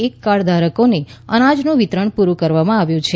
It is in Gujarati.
વન કાર્ડ ધારકોને અનાજનું વિતરણ પુરું કરવામાં આવ્યું છે